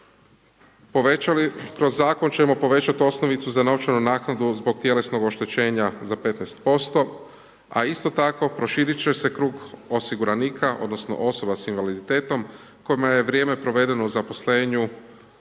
Kroz zakon ćemo povećati osnovicu za novčanu naknadu zbog tjelesnog oštećenja za 15% a isto tako proširit će se krug osiguranika odnosno osoba s invaliditetom kojima je vrijeme provedeno u zaposlenju